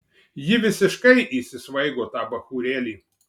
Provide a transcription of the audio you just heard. ji visiškai įsisvaigo tą bachūrėlį